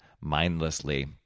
mindlessly